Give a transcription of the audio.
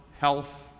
health